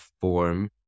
form